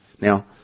now